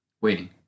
waiting